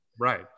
Right